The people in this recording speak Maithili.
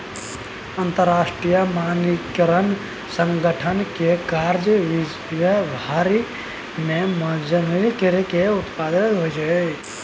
अंतरराष्ट्रीय मानकीकरण संगठन केर काज विश्व भरि मे मानकीकरणकेँ प्रोत्साहन देब छै